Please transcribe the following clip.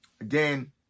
Again